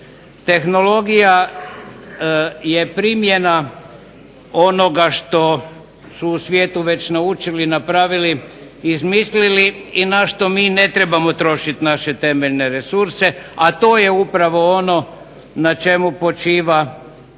Tehnologija je primjena onoga što su u svijetu već naučili, napravili i izmislili i na što mi ne trebamo trošiti naše temeljne resurse a to je ono na čemu počiva